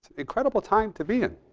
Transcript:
incredible time to be in.